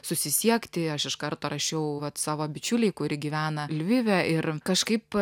susisiekti aš iš karto rašiau savo bičiulei kuri gyvena lvive ir kažkaip